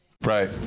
Right